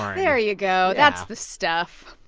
um there you go. that's the stuff.